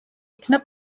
იქნა